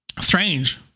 strange